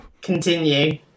Continue